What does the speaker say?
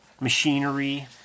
machinery